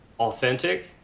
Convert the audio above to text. Authentic